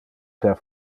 per